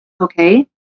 okay